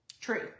True